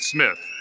smith